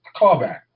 callback